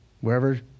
Wherever